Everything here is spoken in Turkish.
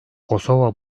kosova